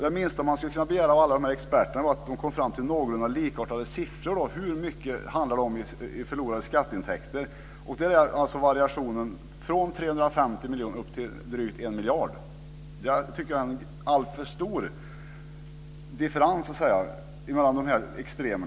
Det minsta som man kunde begära av dessa experter är att de kommer fram till någorlunda likartade siffror över hur mycket det handlar om i förlorade skatteintäkter. Här varierar uppgifterna från 350 miljoner och upp till drygt 1 miljard. Vi tycker att det är en alltför stor differens mellan dessa extremer.